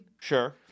Sure